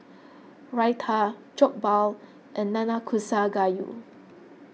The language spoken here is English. Raita Jokbal and Nanakusa Gayu